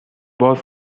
باز